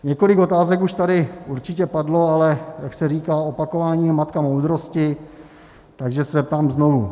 Několik otázek už tady určitě padlo, ale jak se říká, opakování je matka moudrosti, takže se zeptám znovu.